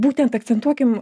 būtent akcentuokim